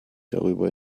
darüber